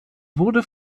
wurde